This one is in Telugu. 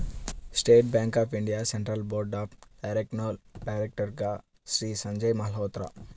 state bank of India central board of డైరెక్టర్స్లో డైరెక్టర్గా శ్రీ సంజయ్ మల్హోత్రా